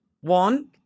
one